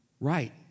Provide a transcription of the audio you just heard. right